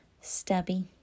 stubby